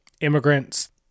immigrants